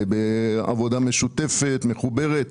בעבודה משותפת ומחוברת.